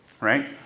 Right